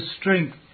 strength